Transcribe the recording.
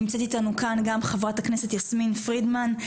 נמצאת איתנו כאן גם חה"כ יסמין פרידמן,